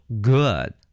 good